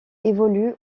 évolue